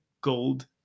Gold